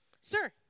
Sir